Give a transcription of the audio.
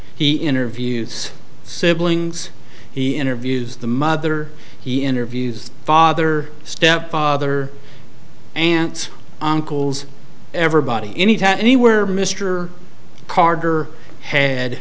he interviews siblings he interviews the mother he interviews father stepfather aunts uncles everybody anytime anywhere mr carder had